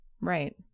right